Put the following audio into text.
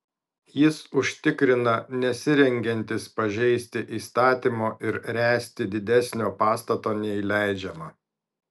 jis užtikrina nesirengiantis pažeisti įstatymo ir ręsti didesnio pastato nei leidžiama